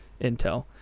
Intel